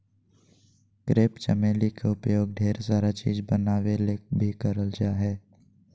crepe चमेली के उपयोग ढेर सारा चीज़ बनावे ले भी करल जा हय